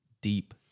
deep